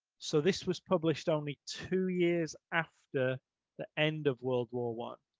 so this was published only two years after the end of world war one.